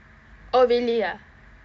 oh really ah